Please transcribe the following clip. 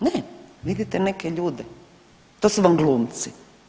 Ne, vidite neke ljude, to su vam glumci.